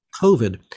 COVID